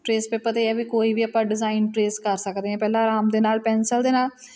trace paper 'ਤੇ ਇਹ ਹੈ ਵੀ ਕੋਈ ਵੀ ਆਪਾਂ ਡਿਜ਼ਾਈਨ ਟਰੇਸ ਕਰ ਸਕਦੇ ਹਾਂ ਪਹਿਲਾਂ ਆਰਾਮ ਦੇ ਨਾਲ ਪੈਨਸਲ ਦੇ ਨਾਲ